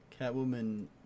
Catwoman